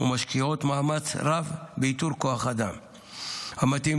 ומשקיעות מאמצים רבים באיתור כוח האדם המתאים,